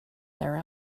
their